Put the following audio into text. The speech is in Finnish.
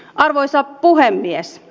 arvoisa puhemies